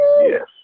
yes